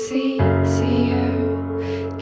easier